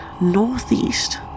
northeast